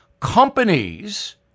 Companies